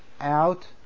out